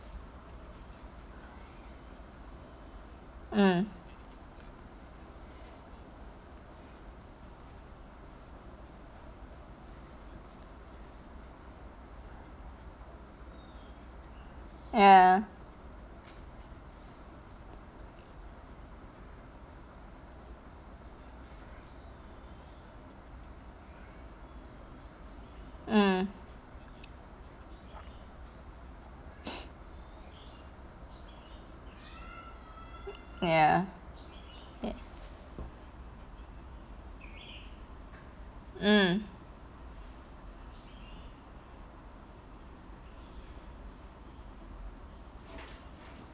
mm ya mm ya mm